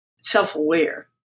self-aware